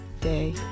day